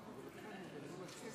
בלרכז.